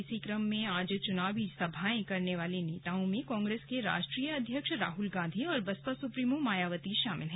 इसी क्रम में आज चुनावी सभाएं करने वाले नेताओं में कांग्रेस के राष्ट्रीय अध्यक्ष राहुल गांधी और बसपा सुप्रीमो मायावती शामिल हैं